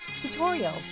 tutorials